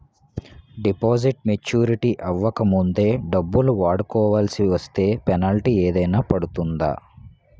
Deposit maturity అవ్వక ముందే డబ్బులు వాడుకొవాల్సి వస్తే పెనాల్టీ ఏదైనా పడుతుందా?